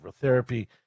therapy